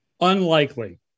Unlikely